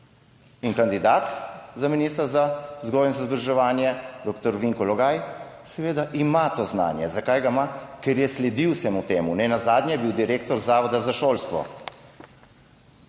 In kandidat za ministra za vzgojo in izobraževanje, doktor Vinko Logaj, seveda ima to znanje. Zakaj ga ima? Ker je sledil vsemu temu, nenazadnje je bil direktor Zavoda za šolstvo.